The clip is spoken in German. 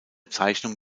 zeichnung